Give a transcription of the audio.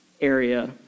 area